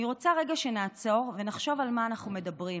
אני רוצה רגע שנעצור ונחשוב על מה אנחנו מדברים: